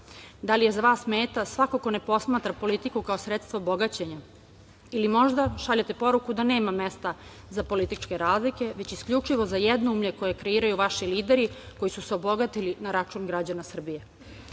Da li je za vas meta svako ko ne posmatra politiku kao sredstvo bogaćenja ili možda šaljete poruku da nema mesta za političke razlike već isključivo za jednoumlje koje kreiraju vaši lideri koji su se obogatili na račun građana Srbije? Život